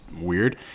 weird